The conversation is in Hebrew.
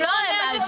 תבין מה הולך פה.